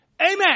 Amen